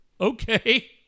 okay